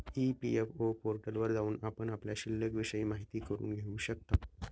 EPFO पोर्टलवर जाऊन आपण आपल्या शिल्लिकविषयी माहिती करून घेऊ शकता